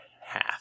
half